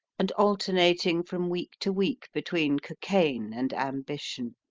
and alternating from week to week between cocaine and ambition,